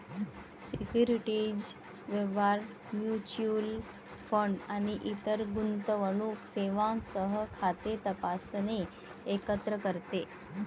securities व्यवहार, mutual fund आणि इतर गुंतवणूक सेवांसह खाते तपासणे एकत्र करते